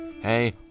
Hey